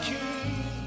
King